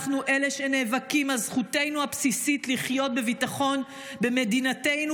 אנחנו אלה שנאבקים על זכותנו הבסיסית לחיות בביטחון במדינתנו,